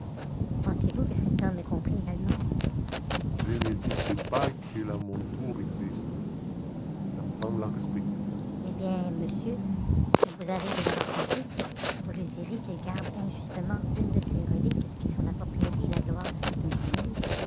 pensez-vous que cet homme ait compris également je ne doute pas que la monture existe l'enfant l'a respectée eh bien monsieur s'il vous arrive de le rencontrer vous lui direz qu'il garde injustement une de ces reliques qui sont la propriété et la gloire de certaines familles